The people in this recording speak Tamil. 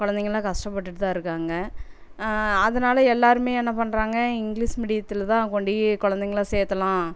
கொழந்தைங்கள்லாம் கஷ்டப்பட்டுட்டு தான் இருக்காங்க அதனால் எல்லாேருமே என்ன பண்ணுறாங்க இங்கிலீஸ் மீடியத்தில் தான் கொண்டு கொழந்தைங்கள சேர்த்தலாம்